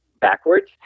backwards